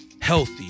Healthy